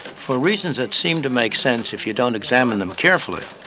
for reasons that seem to make sense if you don't examine them carefully,